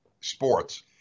sports